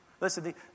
Listen